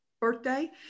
birthday